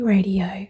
Radio